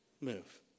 move